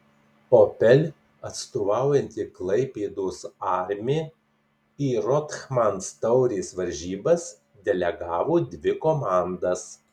opel atstovaujanti klaipėdos armi į rothmans taurės varžybas delegavo dvi komandas